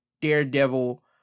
daredevil